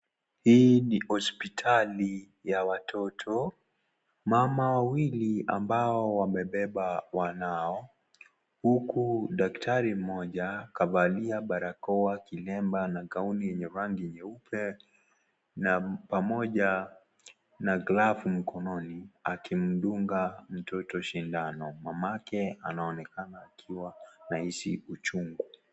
Hii ni hospitali ya watoto ,mama wawili ambao wamebeba wanao huku daktari mmoja kavalia barakoa, kilemba na kauli yenye rangi nyeupe pamoja na glavu mkononi akidunga mtoto sindani, mamake anaonekana akiwa anahisi uchungu.